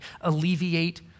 alleviate